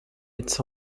its